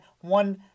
one